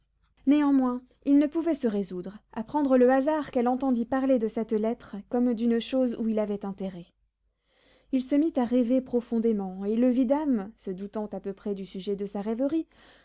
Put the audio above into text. néanmoins il ne pouvait se résoudre à prendre le hasard qu'elle entendît parler de cette lettre comme d'une chose où il avait intérêt il se mit à rêver profondément et le vidame se doutant à peu près du sujet de sa rêverie